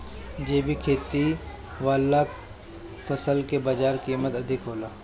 जैविक खेती वाला फसल के बाजार कीमत अधिक होला